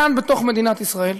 כאן בתוך מדינת ישראל,